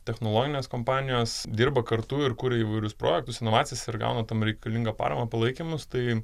technologinės kompanijos dirba kartu ir kuria įvairius projektus inovacijas ir gauna tam reikalingą paramą palaikymus tai